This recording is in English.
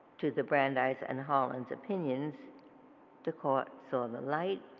to the brandeis and harlan opinions the court saw the light.